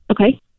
Okay